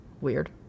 Weird